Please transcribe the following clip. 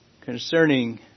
concerning